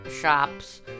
Shops